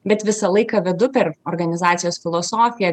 bet visą laiką vedu per organizacijos filosofiją